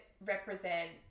represent